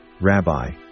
Rabbi